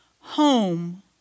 home